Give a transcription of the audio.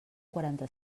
quaranta